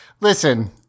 listen